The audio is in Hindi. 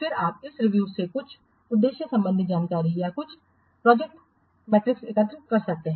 फिर आप इस रिव्यू से कुछ उद्देश्य संबंधी जानकारी या कुछ प्रोजेक्ट मैट्रिक्स एकत्र करते हैं